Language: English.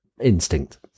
instinct